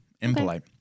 impolite